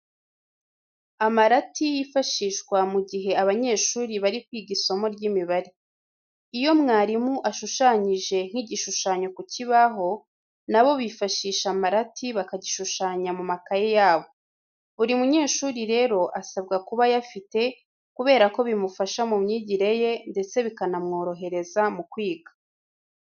Amarati yifashishwa mu gihe abanyeshuri bari kwiga isomo ry'imibare. Iyo mwarimu ashushanyije nk'igishushanyo ku kibaho, na bo bifashisha amarati bakagishushanya mu makayi yabo. Buri munyeshuri rero, asabwa kuba ayafite kubera ko bimufasha mu myigire ye ndetse bikanamworohereza mu kwiga.